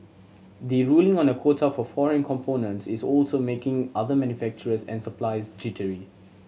the ruling on a quota for foreign components is also making other manufacturers and suppliers jittery